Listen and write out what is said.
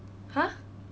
!huh!